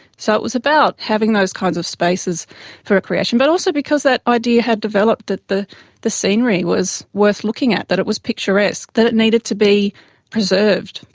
so it was about having those kinds of spaces for recreation. but also because that idea had developed that the the scenery was worth looking at, that it was picturesque, that it needed to be preserved,